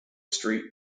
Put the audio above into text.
street